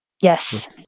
Yes